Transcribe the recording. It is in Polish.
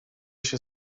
się